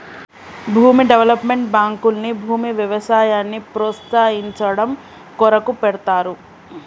భూమి డెవలప్మెంట్ బాంకుల్ని భూమి వ్యవసాయాన్ని ప్రోస్తయించడం కొరకు పెడ్తారు